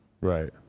Right